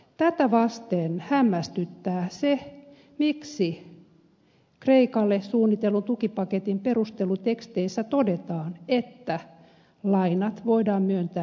tätä vasteen hämmästyttää se miksi kreikalle suunnitellun tukipaketin perusteluteksteissä todetaan että lainat voidaan myöntää ilman vakuutta